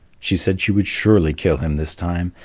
she said she would surely kill him this time,